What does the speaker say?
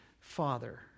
Father